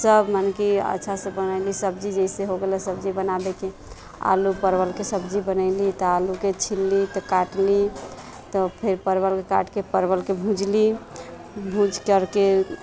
सभ माने कि अच्छासँ बनयली सब्जी जैसे हो गेलै सब्जी बनाबयके आलू परवलके सब्जी बनयली तऽ आलूके छिलली तऽ काटली तब फेर परवलके काटि कऽ परवलके भुजली भूजि करके